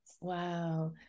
Wow